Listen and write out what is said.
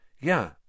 Yeah